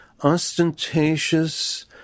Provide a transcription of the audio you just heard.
ostentatious